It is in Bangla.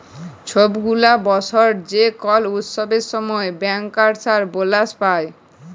ছব গুলা বসর যে কল উৎসবের সময় ব্যাংকার্সরা বলাস পায়